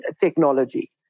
technology